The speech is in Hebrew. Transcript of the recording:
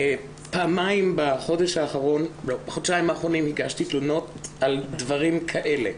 פעמיים בחודשיים האחרונים הגשתי תלונות על דברים כאלה.